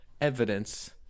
evidence